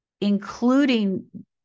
including